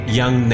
young